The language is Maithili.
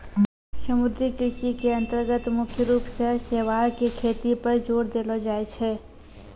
समुद्री कृषि के अन्तर्गत मुख्य रूप सॅ शैवाल के खेती पर जोर देलो जाय छै